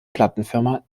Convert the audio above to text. plattenfirma